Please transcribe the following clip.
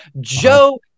Joe